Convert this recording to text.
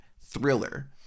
thriller